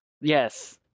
yes